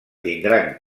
tindran